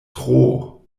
tro